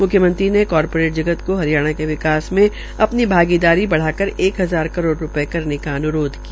म्ख्यमंत्री ने corporate जगत को हरियाणा के विकास मे अ नी भागीदारी बढ़ाकर एक हजार करोड़ रू ये करने का अन्रोध किया